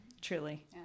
truly